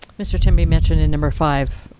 mr. temby mentioned in number five,